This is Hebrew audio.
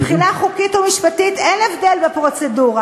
מבחינה חוקית ומשפטית אין הבדל בפרוצדורה.